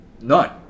None